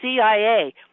CIA